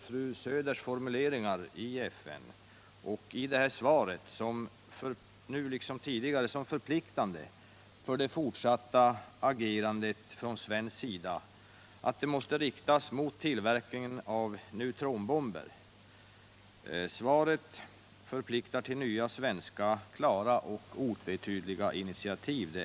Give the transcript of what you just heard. Fru Söders formuleringar såväl i FN som i detta svar anser jag nu liksom tidigare som förpliktande för att det fortsatta agerandet från svensk sida måste riktas mot tillverkningen av neutronbomber. Min bedömning är också att svaret förpliktar till nya, klara och otvetydiga svenska initiativ.